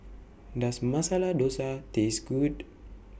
Does Masala Dosa Taste Good